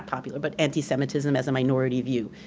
popular, but anti-semitism as a minority view.